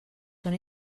són